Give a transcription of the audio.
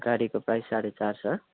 गाडीको प्राइस साढे चार छ